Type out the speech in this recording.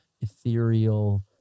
ethereal